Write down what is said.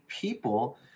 people